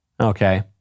Okay